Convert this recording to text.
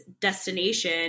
destination